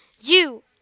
You